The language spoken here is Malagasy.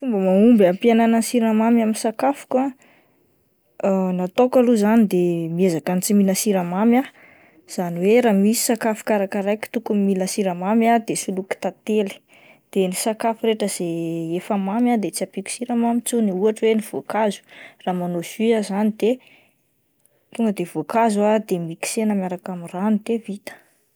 Fomba mahomby ampihenana ny siramamy amin'ny sakafoko ah ny ataoko aloha izany de miezaka tsy mihinana siramamy ah izany hoe raha misy sakafo karakaraiko tokony mila siramamy ah soloiko tantely de ny sakafo rehetra izay efa mamy ah de tsy ampiako siramamy intsony ohatra hoe ny voankazo, raha manao jus ao izan'ny de tonga de voankazo ah de miksena miaraka amin'ny rano de vita.